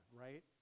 right